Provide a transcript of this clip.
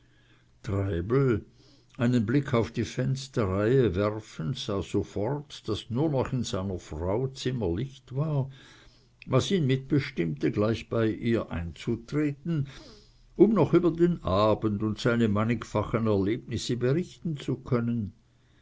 treibel einen blick auf die fensterreihe werfend sah sofort daß nur noch in seiner frau zimmer licht war was ihn mitbestimmte gleich bei ihr einzutreten um noch über den abend und seine mannigfachen erlebnisse berichten zu können